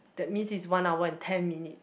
that means is one hour and ten minute